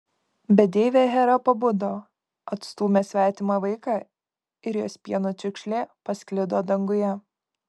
bet deivė hera pabudo atstūmė svetimą vaiką ir jos pieno čiurkšlė pasklido danguje